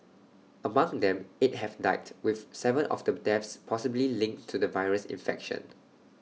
among them eight have died with Seven of the deaths possibly linked to the virus infection